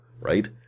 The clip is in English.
right